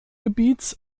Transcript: gebiets